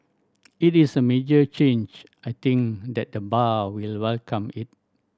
it is a major change I think that the bar will welcome it